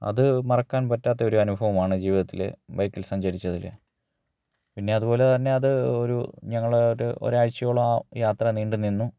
അത് മറക്കാൻ പറ്റാത്ത ഒരു അനുഭവമാണ് ജീവിതത്തിൽ ബൈക്കിൽ സഞ്ചരിച്ചതിൽ പിന്നെ അതുപോലെ തന്നെ അത് ഒരു ഞങ്ങൾ ഒരു ഒരാഴ്ചയോളം ആ യാത്ര നീണ്ടു നിന്നു